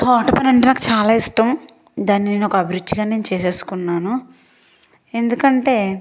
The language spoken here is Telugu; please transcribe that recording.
తోట పని అంటే చాలా నాకు ఇష్టం దాని నేను ఒక అభిరుచిగా చేసేసుకున్నాను ఎందుకంటే